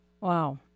Wow